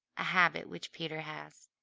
a habit which peter has.